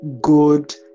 good